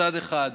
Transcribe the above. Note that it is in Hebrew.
מצד אחד,